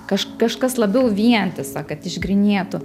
kaž kažkas labiau vientisa kad išgrynėtų